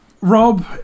Rob